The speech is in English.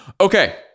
Okay